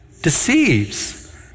deceives